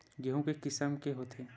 गेहूं के किसम के होथे?